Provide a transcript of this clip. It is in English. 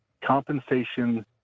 Compensation